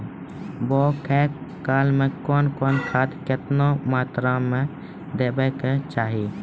बौगक काल मे कून कून खाद केतबा मात्राम देबाक चाही?